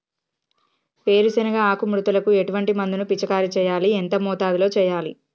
వేరుశెనగ ఆకు ముడతకు ఎటువంటి మందును పిచికారీ చెయ్యాలి? ఎంత మోతాదులో చెయ్యాలి?